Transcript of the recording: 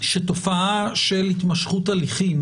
שתופעה של התמשכות הליכים